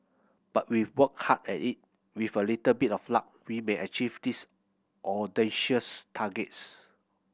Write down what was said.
but if we work hard at it with a little bit of luck we may achieve these audacious targets